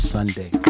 Sunday